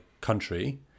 country